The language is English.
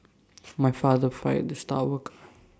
my father fired the star worker